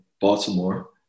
Baltimore